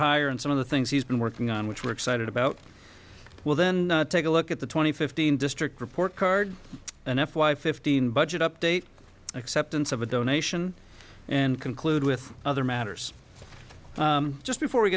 hire and some of the things he's been working on which we're excited about we'll then take a look at the twenty fifteen district report card an f y fifteen budget update acceptance of a donation and conclude with other matters just before we